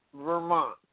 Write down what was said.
Vermont